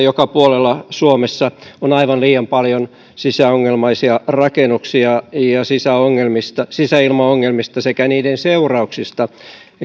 joka puolella suomessa on aivan liian paljon sisäilmaongelmaisia rakennuksia ja sisäilmaongelmista sisäilmaongelmista sekä niiden seurauksista